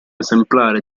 esemplare